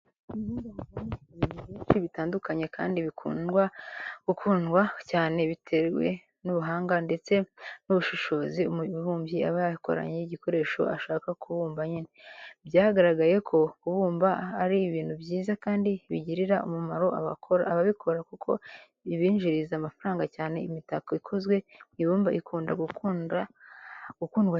Mu ibumba havamo ibintu byinshi bitandukanye kandi bikunda gukunda cyane bitewe n'ubuhanga ndetse n'ubushishozi umubumbyi aba yakoranye igikoresho ashaka kubumba nyine. Byagaragaye ko kubumba ari ibintu byiza kandi bigirira umumaro ababikora kuko bibinjiriza amafaranga cyane imitako ikozwe mu ibumba ikunda gukundwa cyane